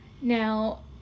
now